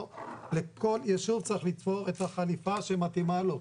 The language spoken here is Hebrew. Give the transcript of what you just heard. לכל ישוב צריך לתפור את החליפה שמתאימה לו,